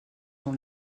dans